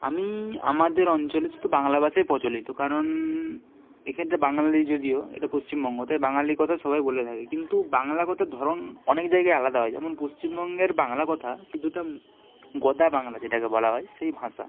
আমি আমাদের অঞ্চলে শুধু বাংলা ভাষাই প্রচলিত কারণ এখানটা বাঙালি যদিও এটা পশ্চিমবঙ্গ তাই বাঙালি কথা সবাই বলে থাকে কিন্তু বাংলা কথার ধরন অনেক জায়গায় আলাদা হয় যেমন পশ্চিমবঙ্গের বাংলা কথা কিন্তু ওটা গোদা বাংলা যেটাকে বলা হয় সেই ভাষা